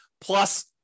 plus